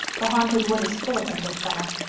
the haunted wood is full of them this summer.